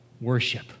worship